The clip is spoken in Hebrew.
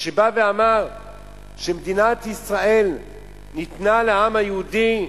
כשבא ואמר שמדינת ישראל ניתנה לעם היהודי,